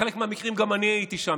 בחלק מהמקרים גם אני הייתי שם,